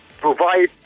provide